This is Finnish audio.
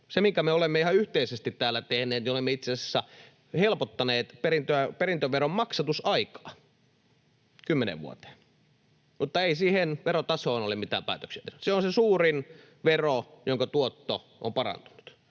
Se, minkä me olemme ihan yhteisesti täällä tehneet: Olemme itse asiassa helpottaneet perintöveron maksatusaikaa kymmeneen vuoteen, mutta ei siihen verotasoon ole mitään päätöksiä tehty. Se on se suurin vero, jonka tuotto on parantunut.